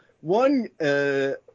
one